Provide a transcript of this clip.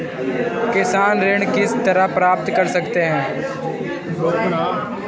किसान ऋण किस तरह प्राप्त कर सकते हैं?